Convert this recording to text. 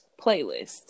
playlist